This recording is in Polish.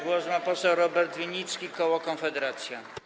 Głos ma poseł Robert Winnicki, koło Konfederacja.